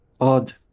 odd